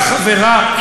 את חברה,